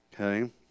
okay